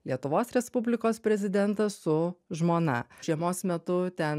lietuvos respublikos prezidentas su žmona žiemos metu ten